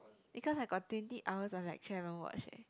because I got twenty hours of lecture haven't watched eh